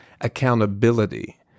accountability